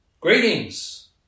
Greetings